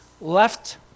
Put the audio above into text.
left